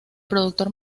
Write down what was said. productor